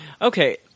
okay